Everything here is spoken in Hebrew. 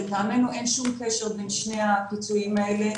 לדעתנו אין שום קשר בין שני הפיצויים האלה.